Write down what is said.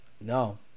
No